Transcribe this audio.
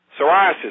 Psoriasis